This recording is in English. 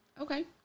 Okay